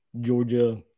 Georgia